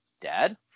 Dad